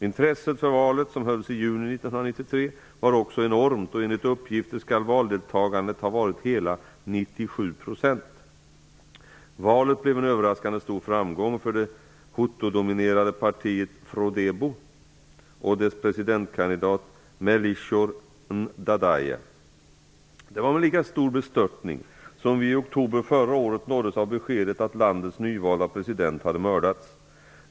Intresset för valet, som hölls i juni 1993, var också enormt, och enligt uppgifter skall valdeltagandet ha varit hela Det var med lika stor bestörtning som vi i oktober förra året nåddes av beskedet att landets nyvalda president hade mördats.